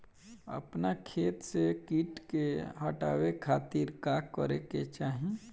अपना खेत से कीट के हतावे खातिर का करे के चाही?